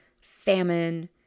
famine